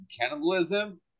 cannibalism